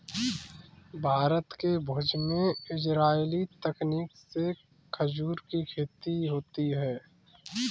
भारत के भुज में इजराइली तकनीक से खजूर की खेती होती है